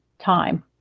time